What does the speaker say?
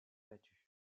battue